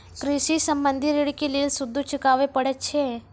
कृषि संबंधी ॠण के लेल सूदो चुकावे पड़त छै?